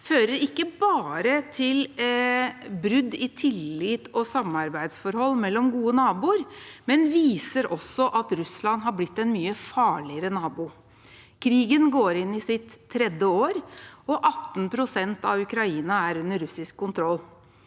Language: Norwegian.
fører ikke bare til brudd i tillit og samarbeidsforhold mellom gode naboer, men viser også at Russland har blitt en mye farligere nabo. Krigen går inn i sitt tredje år, og 18 pst. av Ukraina er under russisk kontroll.